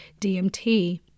DMT